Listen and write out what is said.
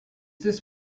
this